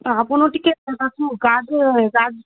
ଆପଣ ଟିକେ ଗାଁକୁ ଗାଁକୁ